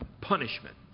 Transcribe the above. punishment